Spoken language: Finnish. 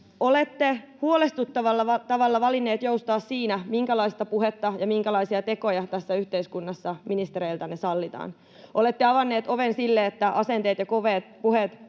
Olette huolestuttavalla tavalla valinnut joustaa siinä, minkälaista puhetta ja minkälaisia tekoja tässä yhteiskunnassa ministereiltänne sallitaan. Olette avannut oven sille, että asenteet ja kovat puheet